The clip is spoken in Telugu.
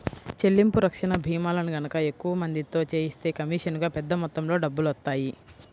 చెల్లింపు రక్షణ భీమాలను గనక ఎక్కువ మందితో చేయిస్తే కమీషనుగా పెద్ద మొత్తంలో డబ్బులొత్తాయి